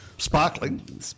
Sparkling